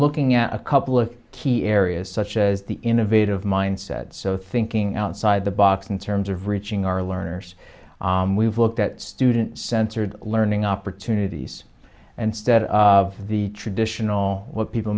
looking at a couple of key areas such as the innovative mindset so thinking outside the box in terms of reaching our learners we've looked at student censored learning opportunities and stead of the traditional what people